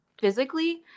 Physically